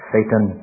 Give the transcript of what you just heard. Satan